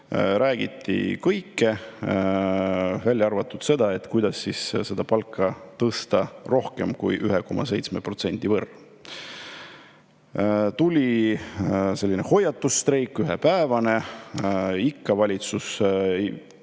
räägiti kõike, välja arvatud seda, kuidas seda palka tõsta rohkem kui 1,7%. Tuli selline hoiatusstreik, ühepäevane. Valitsus